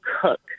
cook